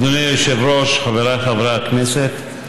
אדוני היושב-ראש, חבריי חברי הכנסת,